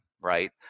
right